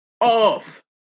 Off